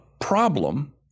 problem